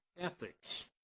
ethics